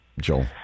Joel